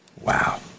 Wow